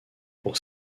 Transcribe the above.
pour